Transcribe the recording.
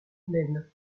naine